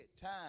time